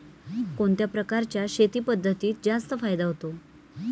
कोणत्या प्रकारच्या शेती पद्धतीत जास्त फायदा होतो?